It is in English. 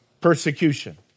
persecution